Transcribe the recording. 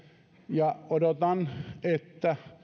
ja odotan että